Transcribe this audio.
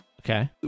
Okay